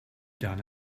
done